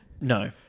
No